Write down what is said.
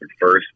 first